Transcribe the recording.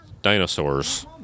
dinosaurs